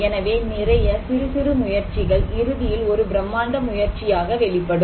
எனவே நிறைய சிறுசிறு முயற்சிகள் இறுதியில் ஒரு பிரம்மாண்ட முயற்சியாக வெளிப்படும்